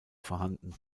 vorhanden